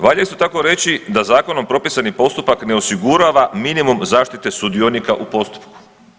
Valja isto tako reći da zakonom propisani postupak ne osigurava minimum zaštite sudionika u postupku.